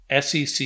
SEC